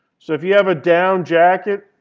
so if you have a down jacket